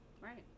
right